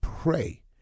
pray